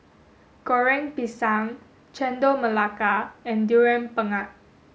Goreng Pisang Chendol Melaka and durian pengat